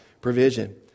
provision